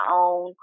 own